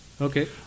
okay